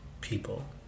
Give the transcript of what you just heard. people